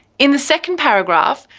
in the second paragraph,